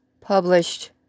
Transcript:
published